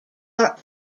are